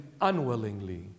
unwillingly